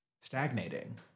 stagnating